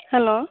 hello